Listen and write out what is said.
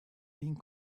being